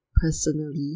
personally